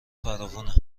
فراوونه